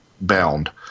bound